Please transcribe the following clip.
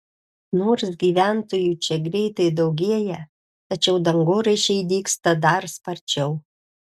nors gyventojų čia greitai daugėja tačiau dangoraižiai dygsta dar sparčiau